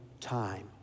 time